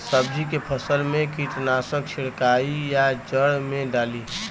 सब्जी के फसल मे कीटनाशक छिड़काई या जड़ मे डाली?